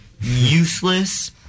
useless